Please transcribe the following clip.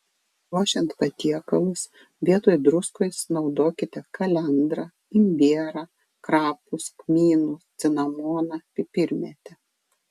ruošiant patiekalus vietoj druskos naudokite kalendrą imbierą krapus kmynus cinamoną pipirmėtę